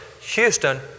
houston